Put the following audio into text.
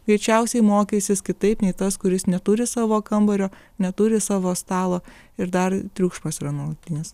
greičiausiai mokysis kitaip nei tas kuris neturi savo kambario neturi savo stalo ir dar triukšmas yra nuolatinis